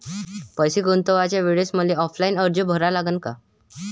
पैसे गुंतवाच्या वेळेसं मले ऑफलाईन अर्ज भरा लागन का?